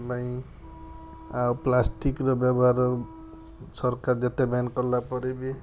ପାଇଁ ଆଉ ପ୍ଲାଷ୍ଟିକର ବ୍ୟବହାର ସରକାର ଯେତେ ବ୍ୟାନ୍ କଲା ପରେ ବି